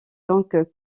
donc